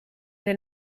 den